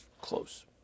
close